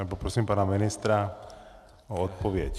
Poprosím pana ministra o odpověď.